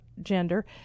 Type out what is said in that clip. gender